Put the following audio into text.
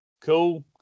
Cool